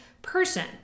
person